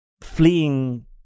fleeing